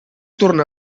tornar